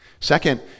Second